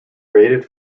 rated